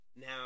now